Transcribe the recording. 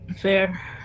fair